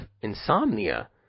insomnia